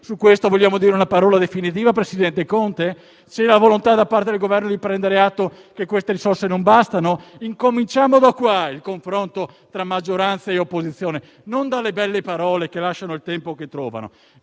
Su questo vogliamo dire una parola definitiva, presidente Conte? C'è la volontà da parte del Governo di prendere atto che queste risorse non bastano? Iniziamo da questo il confronto tra maggioranza e opposizione, non dalle belle parole che lasciano il tempo che trovano.